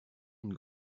une